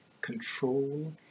control